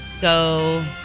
Go